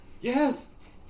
Yes